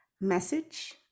message